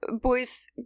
boys